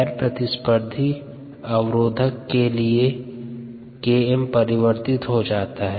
गैर प्रतिस्पर्धी अवरोधक के लिए Km परिवर्तित हो जाता है